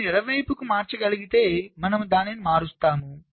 వాటిని ఎడమ వైపుకు మార్చగలిగితే మనము దానిని మారుస్తాము